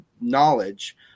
knowledge